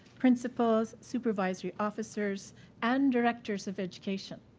principals, supervisory officers and directors of education.